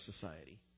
society